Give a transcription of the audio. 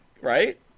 right